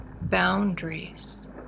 boundaries